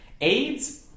AIDS